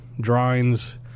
drawings